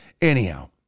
Anyhow